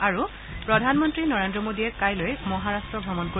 আৰু প্ৰধানমন্ত্ৰী নৰেন্দ্ৰ মোডীয়ে কাইলৈ মহাৰাট্ট ভ্ৰমণ কৰিব